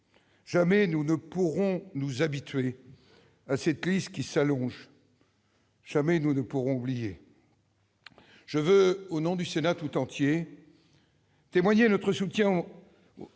Jamais nous ne pourrons nous habituer à cette liste qui s'allonge, jamais nous ne pourrons oublier. Je veux, au nom du Sénat tout entier, témoigner notre soutien